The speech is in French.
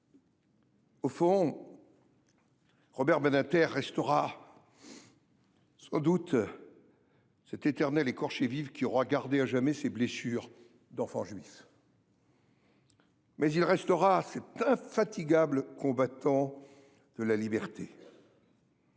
Au fond, Robert Badinter restera sans doute cet éternel écorché vif qui aura gardé à jamais ses blessures d’enfant juif. Mais il restera cet infatigable combattant de la liberté